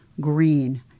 Green